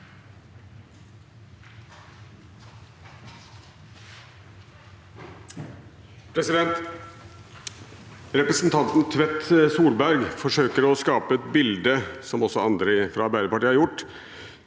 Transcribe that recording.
Representanten Tvedt Solberg forsøker – som også andre fra Arbeiderpartiet har gjort,